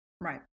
right